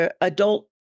adult